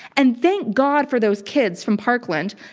and thank god for those kids from parkland.